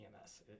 EMS